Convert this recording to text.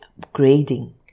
upgrading